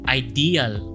ideal